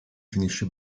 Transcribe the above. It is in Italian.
finisce